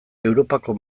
europako